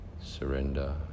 surrender